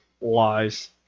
Lies